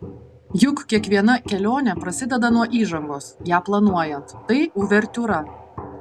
juk kiekviena kelionė prasideda nuo įžangos ją planuojant tai uvertiūra